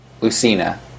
Lucina